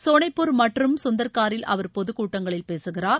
சோனேப்பூர் மற்றும் சுந்தர்காரில் அவர் பொதுக்கூட்டங்களில் பேசுகிறார்